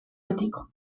betiko